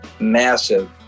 massive